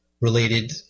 related